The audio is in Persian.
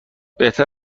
بهتر